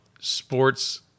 sports